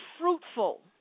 fruitful